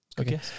Okay